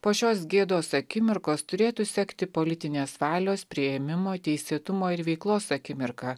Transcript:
po šios gėdos akimirkos turėtų sekti politinės valios priėmimo teisėtumo ir veiklos akimirka